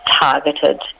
targeted